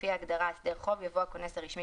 לפני ההגדרה "הסדר חוב" יבוא "הכונס הרשמי,